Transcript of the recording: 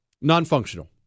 non-functional